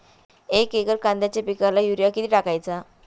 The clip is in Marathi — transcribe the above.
एक एकर कांद्याच्या पिकाला युरिया किती टाकायचा?